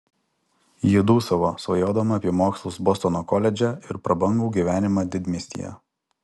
ji dūsavo svajodama apie mokslus bostono koledže ir prabangų gyvenimą didmiestyje